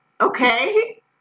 Okay